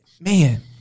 man